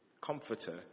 comforter